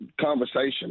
conversation